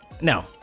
no